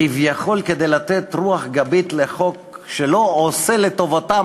כביכול כדי לתת רוח גבית לחוק שלא עושה לטובתם